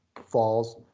falls